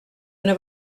una